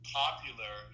popular